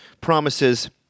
promises